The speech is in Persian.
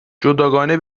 جداگانه